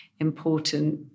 important